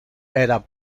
era